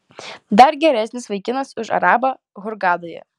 dar geresnis vaikinas už arabą hurgadoje